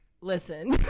listen